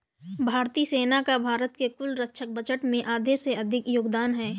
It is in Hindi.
भारतीय सेना का भारत के कुल रक्षा बजट में आधे से अधिक का योगदान है